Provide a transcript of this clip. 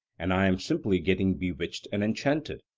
and i am simply getting bewitched and enchanted,